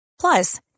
Plus